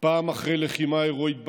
פעם אחרי לחימה הרואית בקרב,